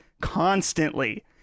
constantly